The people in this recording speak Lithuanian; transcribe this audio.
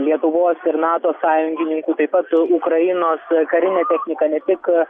lietuvos ir nato sąjungininkų taip pat ukrainos karinę techniką ne tik